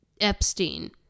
Epstein